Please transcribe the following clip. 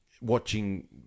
watching